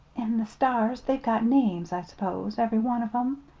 an' the stars, they've got names, i s'pose every one of em,